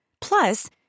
Plus